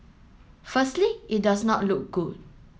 firstly it does not look good